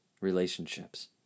relationships